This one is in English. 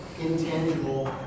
intangible